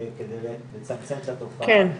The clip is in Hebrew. כדי לצמצם את התופעה הזאת?